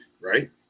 right